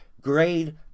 grade